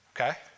Okay